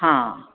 हां